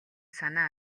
санаа